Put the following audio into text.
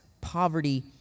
poverty